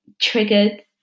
triggered